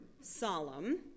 solemn